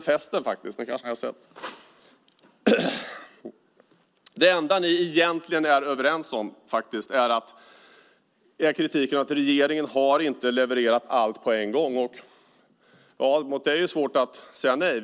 Det enda som ni egentligen är överens om är kritiken mot att regeringen inte har levererat allt på en gång. Det är svårt att säga mot det.